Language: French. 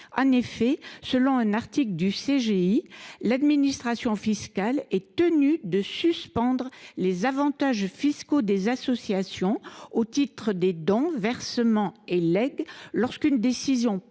du code général des impôts, l’administration fiscale est tenue de suspendre les avantages fiscaux des associations au titre des dons, versements et legs lorsqu’une décision pénale